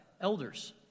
elders